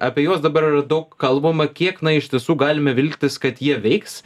apie juos dabar yra daug kalbama kiek na iš tiesų galime viltis kad jie veiks